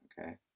okay